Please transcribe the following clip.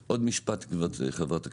שנייה, אורית, עוד משפט חברת הכנסת.